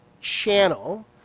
channel